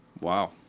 Wow